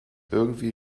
irgendwie